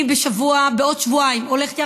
בעוד שבועיים אני הולכת,